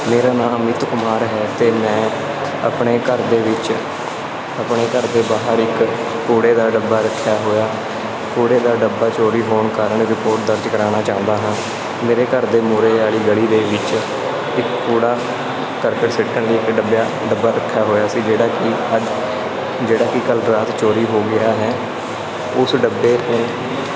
ਮੇਰਾ ਨਾਮ ਅਮਿਤ ਕੁਮਾਰ ਹੈ ਅਤੇ ਮੈਂ ਆਪਣੇ ਘਰ ਦੇ ਵਿੱਚ ਆਪਣੇ ਘਰ ਦੇ ਬਾਹਰ ਇੱਕ ਕੂੜੇ ਦਾ ਡੱਬਾ ਰੱਖਿਆ ਹੋਇਆ ਕੂੜੇ ਦਾ ਡੱਬਾ ਚੋਰੀ ਹੋਣ ਕਾਰਨ ਰਿਪੋਰਟ ਦਰਜ ਕਰਾਉਣਾ ਚਾਹੁੰਦਾ ਹਾਂ ਮੇਰੇ ਘਰ ਦੇ ਮੂਹਰੇ ਵਾਲੀ ਗਲੀ ਦੇ ਵਿੱਚ ਕੂੜਾ ਕਰਕਟ ਸੁੱਟਣ ਲਈ ਇੱਕ ਡੱਬਏਆ ਡੱਬਾ ਰੱਖਿਆ ਹੋਇਆ ਸੀ ਜਿਹੜਾ ਕਿ ਅੱਜ ਜਿਹੜਾ ਕਿ ਕੱਲ੍ਹ ਰਾਤ ਚੋਰੀ ਹੋ ਗਿਆ ਹੈ ਉਸ ਡੱਬੇ ਨੂੰ